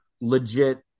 legit